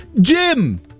Jim